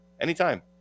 anytime